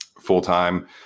full-time